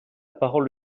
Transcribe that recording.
parole